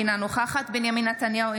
אינה נוכחת בנימין נתניהו,